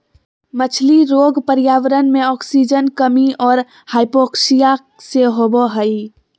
मछली रोग पर्यावरण मे आक्सीजन कमी और हाइपोक्सिया से होबे हइ